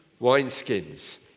wineskins